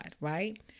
right